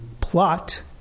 plot